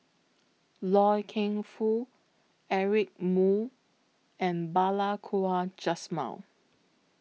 Loy Keng Foo Eric Moo and Balli Kaur Jaswal